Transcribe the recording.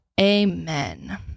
Amen